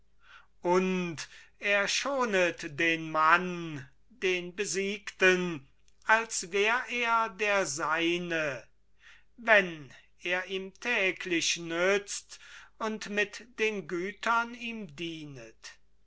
und er schonet den mann den besiegten als wär er der seine wenn er ihm täglich nützt und mit den gütern ihm dienet